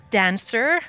dancer